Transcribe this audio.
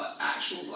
actual